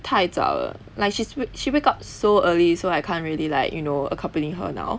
太早了 like she's she wake up so early so I can't really like you know accompany her now